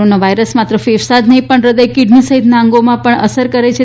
corona virus માત્ર ફેંફસા જ નહીં પણ હ્રદય કીડની સહિતના અંગો પણ અસર કરે છે